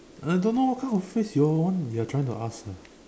I don't know what kind of phrase you all want you are trying to ask eh